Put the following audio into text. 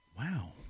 Wow